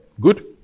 Good